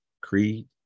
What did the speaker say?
creed